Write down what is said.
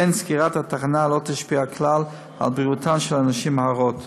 לכן סגירת התחנה לא תשפיע כלל על בריאותן של הנשים ההרות.